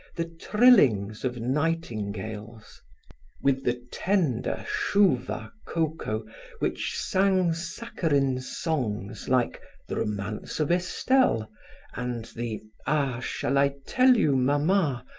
the trillings of nightingales with the tender chouva cocoa which sang saccharine songs like the romance of estelle and the ah! shall i tell you, mama,